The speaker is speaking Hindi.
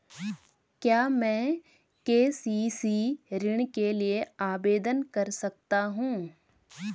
क्या मैं के.सी.सी ऋण के लिए आवेदन कर सकता हूँ?